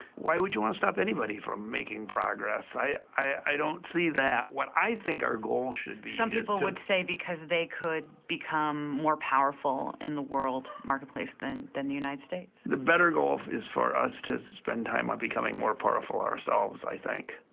why would you want to stop anybody from making progress? i, i don't see that. what i think our goal should some people would say because they could become more powerful in the world marketplace than, than the united states. the better goal is for us to spend time on becoming more powerful ourselves, i think.